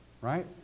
right